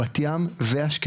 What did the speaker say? בת ים ואשקלון.